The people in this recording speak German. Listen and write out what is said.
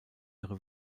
ihre